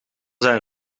zijn